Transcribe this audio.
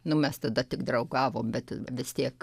nu mes tada tik draugavom bet vis tiek